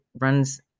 runs